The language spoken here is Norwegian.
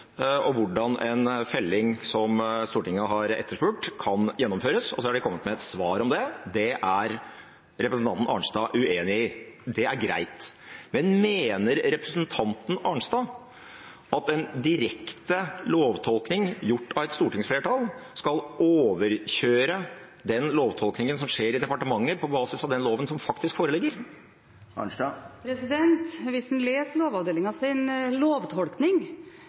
og hvordan en felling som Stortinget har etterspurt, kan gjennomføres, og de har kommet med et svar om det. Det svaret er representanten Arnstad uenig i. Det er greit. Men mener representanten Arnstad at en direkte lovtolkning gjort av et stortingsflertall skal overkjøre den lovtolkningen som skjer i departementer på basis av den loven som faktisk foreligger? Hvis en leser Lovavdelingens lovtolkning,